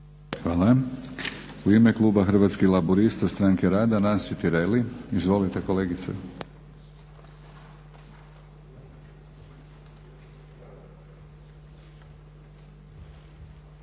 Hvala. U ime kluba Hrvatskih laburista – Stranke rada Nansi Tireli. Izvolite kolegice.